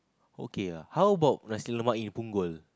okay ah how about nasi-lemak in Punggol